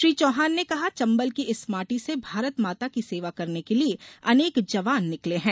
श्री चौहान ने कहा चंबल की इस माटी से भारत माता की सेवा करने के लिए अनेक जवान निकले हैं